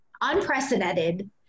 unprecedented